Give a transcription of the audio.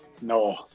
No